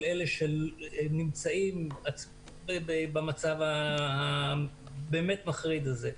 כל אלה שנמצאים במצב המחריד הזה.